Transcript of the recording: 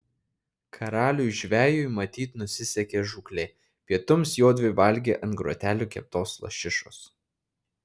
karaliui žvejui matyt nusisekė žūklė pietums jodvi valgė ant grotelių keptos lašišos